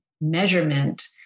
measurement